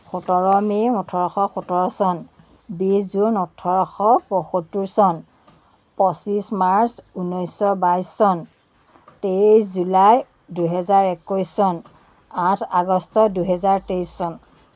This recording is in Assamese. সোতৰ মে ওঠৰশ সোতৰ চন বিছ জুন ওঠৰশ পঁয়সত্তৰ চন পঁচিছ মাৰ্চ ঊনৈছশ বাইছ চন তেইছ জুলাই দুহেজাৰ একৈছ চন আঠ আগষ্ট দুহেজাৰ তেইছ চন